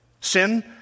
Sin